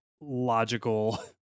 logical